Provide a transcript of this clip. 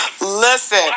Listen